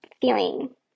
feeling